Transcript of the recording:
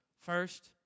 first